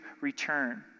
return